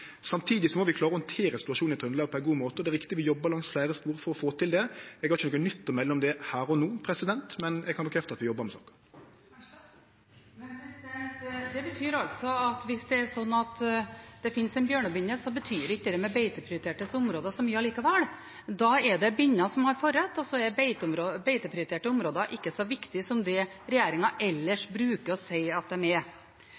Samtidig må vi klare å handtere situasjonen i Trøndelag på ein god måte. Det er riktig, vi jobbar langs fleire spor for å få til det. Eg har ikkje noko nytt å melde om dette her no, men eg kan bekrefte at vi jobbar med saka. Marit Arnstad – til oppfølgingsspørsmål. Det betyr altså at hvis det finnes en bjørnebinne, betyr ikke det med beiteprioriterte områder så mye likevel. Da er det binna som har forrett, og da er beiteprioriterte områder ikke så viktig som det regjeringen ellers bruker å si at de er.